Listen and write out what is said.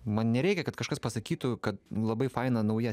man nereikia kad kažkas pasakytų kad labai faina nauja